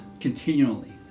continually